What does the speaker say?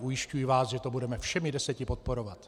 Ujišťuji vás, že to budeme všemi deseti podporovat.